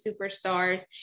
superstars